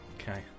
Okay